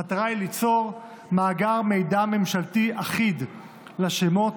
המטרה היא ליצור מאגר מידע ממשלתי אחיד לשמות,